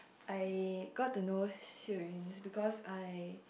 I got to know Xiu-Yun is because I